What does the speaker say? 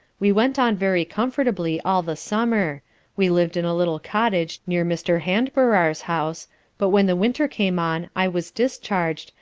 we went on very comfortably all the summer we lived in a little cottage near mr. handbarrar's house but when the winter came on i was discharged,